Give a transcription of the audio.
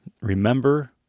remember